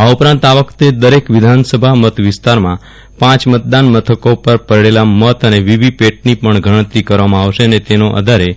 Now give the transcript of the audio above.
આ ઉપરાંત આ વખતે દરેક વિધાનસભા મતવિસ્તારમાં પાંચ મતદાન મથકો પર પડેલા મત અને વીવીપેટની પજ્ઞ ગજ્ઞતરી કરવામાં આવશે અને તેના આધારે